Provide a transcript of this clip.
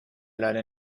leider